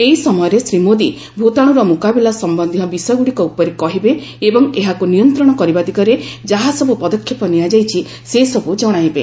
ଏହି ସମୟରେ ଶ୍ରୀ ମୋଦି ଭୂତାଣୁର ମୁକାବିଲା ସମ୍ବନ୍ଧୀୟ ବିଷୟଗୁଡ଼ିକ ଉପରେ କହିବେ ଏହାକୁ ନିୟନ୍ତ୍ରଣ କରିବା ଦିଗରେ ଯାହା ସବୁ ପଦକ୍ଷେପ ନିଆଯାଇଛି ସେ ସବୁ ଜଣାଇବେ